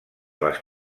les